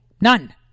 None